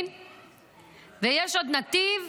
ויש עוד נתיב,